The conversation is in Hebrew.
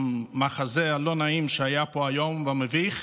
המחזה הלא-נעים שהיה פה היום והמביך.